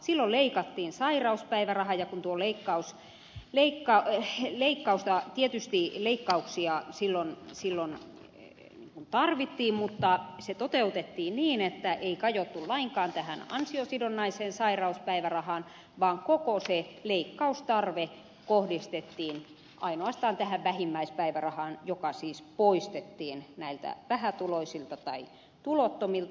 silloin leikattiin sairauspäiväraha ja tietysti leikkauksia silloin tarvittiin mutta se toteutettiin niin että ei kajottu lainkaan tähän ansiosidonnaiseen sairauspäivärahaan vaan koko se leikkaustarve kohdistettiin ainoastaan tähän vähimmäispäivärahaan joka siis poistettiin näiltä vähätuloisilta tai tulottomilta